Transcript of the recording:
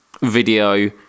video